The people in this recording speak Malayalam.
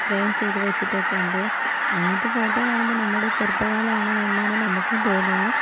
ഫ്രെയിം ചെയ്ത് വെച്ചിട്ടൊക്കെയുണ്ട് അങ്ങനത്തെ ഫോട്ടോ കാണുമ്പോൾ നമ്മുടെ ചെറുപ്പക്കാലമാണ് എന്നാണ് നമുക്കും തോന്നുക